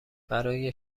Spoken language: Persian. برای